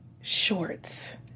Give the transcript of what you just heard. shorts